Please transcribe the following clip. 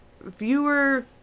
Viewer